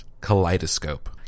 Kaleidoscope